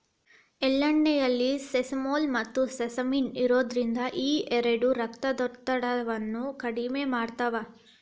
ಎಳ್ಳೆಣ್ಣೆಯಲ್ಲಿ ಸೆಸಮೋಲ್, ಮತ್ತುಸೆಸಮಿನ್ ಇರೋದ್ರಿಂದ ಈ ಎರಡು ರಕ್ತದೊತ್ತಡವನ್ನ ಕಡಿಮೆ ಮಾಡ್ತಾವ